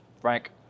Frank